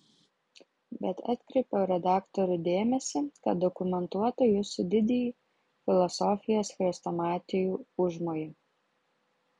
bet atkreipiau redaktorių dėmesį kad dokumentuotų jūsų didįjį filosofijos chrestomatijų užmojį